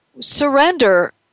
Surrender